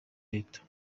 leta